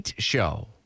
show